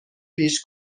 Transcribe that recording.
پیش